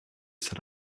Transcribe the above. set